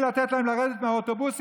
בלי לתת להם לרדת מהאוטובוסים,